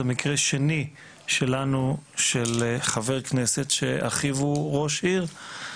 זה מקרה שני שלנו של חבר כנסת שאחיו הוא ראש עיר,